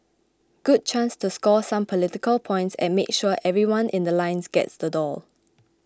good chance to score some political points and make sure everyone in The Line gets the doll